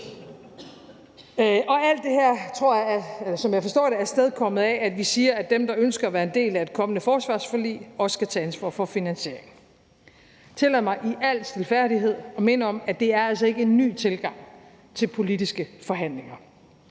Alt det her er, som jeg forstår det, afstedkommet af, at vi siger, at dem, der ønsker at være en del af et kommende forsvarsforlig, også skal tage ansvar for finansieringen. Tillad mig i al stilfærdighed at minde om, at det altså ikke er ny tilgang til politiske forhandlinger.